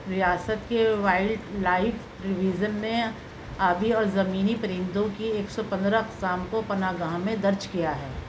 ریاست کے wildlife division نے آبی اور زمینی پرندوں کی ایک سو پندرہ اقسام کو پناہ گاہ میں درج کیا ہے